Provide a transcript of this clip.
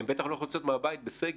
והן בטח לא יכולות לצאת מהבית בתקופת הסגר.